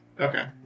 Okay